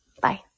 Bye